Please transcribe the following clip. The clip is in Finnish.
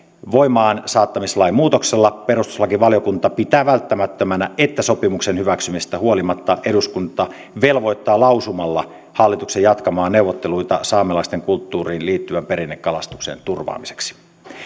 voimaansaattamislain muutoksella perustuslakivaliokunta pitää välttämättömänä että sopimuksen hyväksymisestä huolimatta eduskunta velvoittaa lausumalla hallituksen jatkamaan neuvotteluita saamelaisten kulttuuriin liittyvän perinnekalastuksen turvaamiseksi